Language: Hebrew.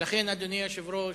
אדוני היושב-ראש,